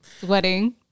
sweating